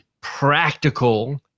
practical